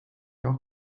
auch